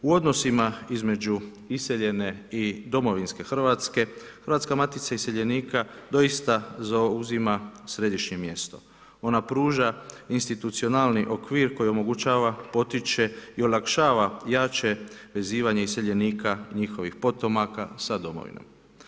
U odnosima između iseljene i domovinske Hrvatske, Hrvatska matica iseljenika doista zauzima središnje mjesto, ona pruža institucionalni okvir koji omogućava, potiče i olakšava jače vezivanje iseljenika i njihovih potomaka sa domovinom.